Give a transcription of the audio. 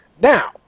Now